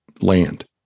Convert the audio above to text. land